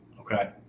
Okay